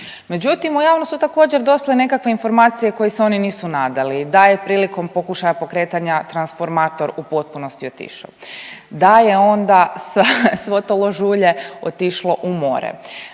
Međutim, u javnost su također dospjele nekakve informacije kojih se oni nisu nadali, da je prilikom pokušaja pokretanja transformator u potpunosti otišao, da je onda svo to lož ulje otišlo u more,